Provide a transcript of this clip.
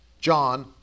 John